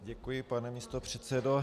Děkuji, pane místopředsedo.